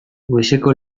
goizeko